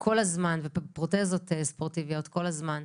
כל הזמן ובפרוטזות ספורטיביות כל הזמן.